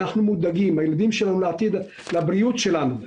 אנחנו מודאגים לילדים שלנו, לעתיד, לבריאות שלנו,